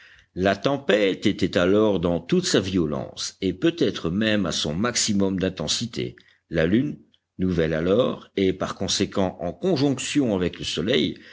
la tempête était alors dans toute sa violence et peut-être même à son maximum d'intensité la lune nouvelle alors et par conséquent en conjonction avec le soleil